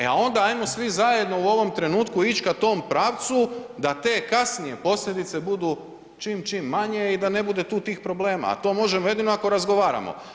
E a onda ajmo svi zajedno u ovom trenutku ić ka tom pravcu da te kasnije posljedice budu čim, čim manje i da ne bude tu tih problema, a to možemo jedino ako razgovaramo.